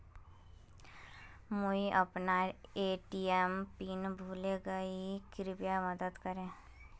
मुई अपना ATM pin भूले गही कृप्या मदद कर